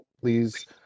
Please